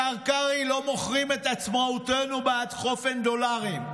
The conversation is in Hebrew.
השר קרעי: לא מוכרים את עצמאותנו בעד חופן דולרים.